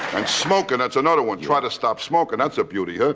and smokin', that's another one, try to stop smokin' that's a beauty, huh?